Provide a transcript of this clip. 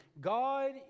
God